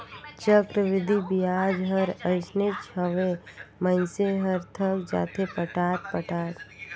चक्रबृद्धि बियाज हर अइसनेच हवे, मइनसे हर थक जाथे पटात पटात